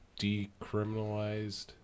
decriminalized